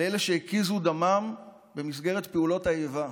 לאלה שהקיזו מדמם במסגרת פעולות האיבה,